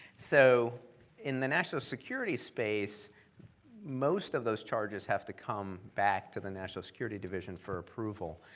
so in the national security space most of those charges have to come back to the national security division for approval,